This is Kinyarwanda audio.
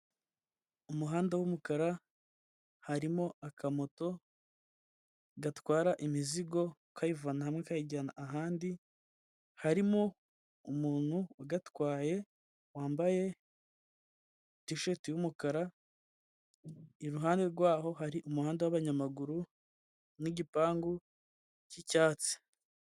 Umuhanda w'umukara harimo akamoto gatwara imizigo kayivana hamwe kayijyana ahandi, harimo umuntu ugatwaye wambaye tisheti y'umukara, iruhande rwaho hari umuhanda w'abanyamaguru n'igipangu cy'icyatsi.